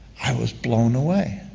i was blown away.